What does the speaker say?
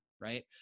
right